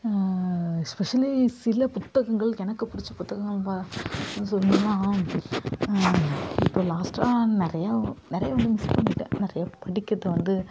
specially சில புத்தகங்கள் எனக்கு பிடிச்ச புத்தகங்கள் ப சொல்லணுன்னா நா இப்ப லாஸ்ட்டாக நிறைய நிறைய வந்து மிஸ் பண்ணிட்டேன் நிறைய படிக்கிறது வந்து